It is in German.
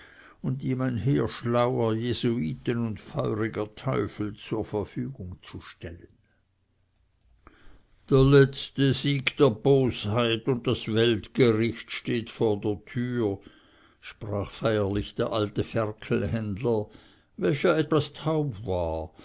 und ihm ein heer schlauer jesuiten und feuriger teufel zur verfügung zu stellen der letzte sieg der bosheit und das weltgericht steht vor der tür sprach feierlich der alte ferkelhändler welcher etwas taub war